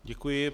Děkuji.